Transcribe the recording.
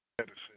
medicine